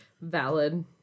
Valid